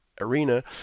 arena